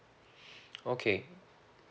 okay